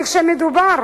כי כשמדובר